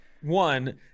one